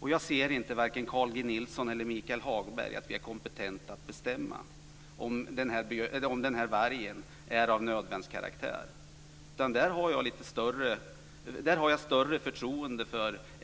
Jag menar inte att vare sig Carl G Nilsson eller Michael Hagberg är kompetenta att bestämma om en viss varg ger rätt till nödvärn, utan jag känner större förtroende till